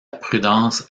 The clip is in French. prudence